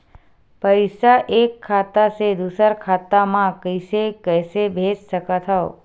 पईसा एक खाता से दुसर खाता मा कइसे कैसे भेज सकथव?